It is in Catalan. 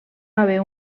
haver